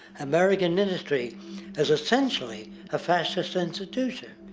american industry is essencially a fascist institution.